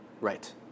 Right